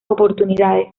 oportunidades